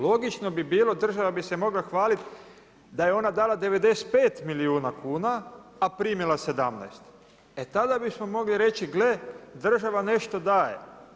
Logično bi bilo, država bi se mogla hvaliti da je ona dala 95 milijuna kuna, a primila 17. e tada bismo mogli reći gle, država nešto daje.